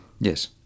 yes